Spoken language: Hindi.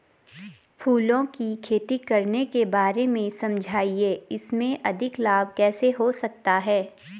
फूलों की खेती करने के बारे में समझाइये इसमें अधिक लाभ कैसे हो सकता है?